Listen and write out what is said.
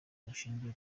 bushingiye